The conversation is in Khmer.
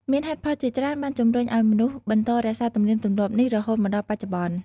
មានហេតុផលជាច្រើនបានជំរុញឱ្យមនុស្សបន្តរក្សាទំនៀមទម្លាប់នេះរហូតមកដល់បច្ចុប្បន្ន។